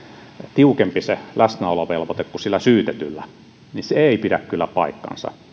tiukempi läsnäolovelvoite kuin syytetyllä niin se ei pidä kyllä paikkaansa